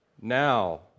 Now